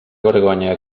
vergonya